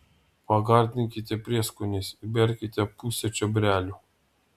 pagardinkite prieskoniais įberkite pusę čiobrelių